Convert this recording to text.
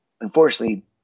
unfortunately